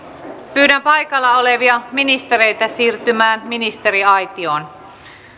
pyydän paikalla olevia ministereitä siirtymään ministeriaitioon